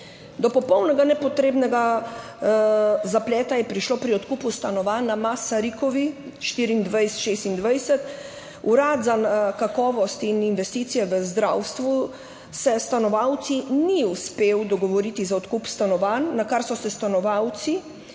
Do popolnoma nepotrebnega zapleta je prišlo pri odkupu stanovanj na Masarykovi 24 in 26. Urad za kakovost in investicije v zdravstvu se s stanovalci ni uspel dogovoriti za odkup stanovanj, nakar so se stanovalci,